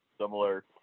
similar